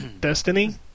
Destiny